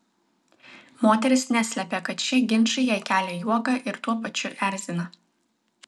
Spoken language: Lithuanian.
moteris neslepia kad šie ginčai jai kelia juoką ir tuo pačiu erzina